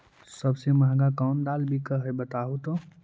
सबसे महंगा कोन दाल बिक है बताहु तो?